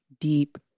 deep